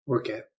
Okay